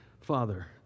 Father